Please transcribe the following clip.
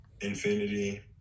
Infinity